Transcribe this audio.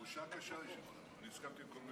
כבוד